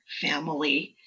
family